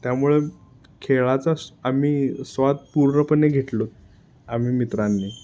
त्यामुळं खेळाचा आम्ही स्वाद पूर्णपणे घेतला आम्ही मित्रांनी